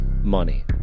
money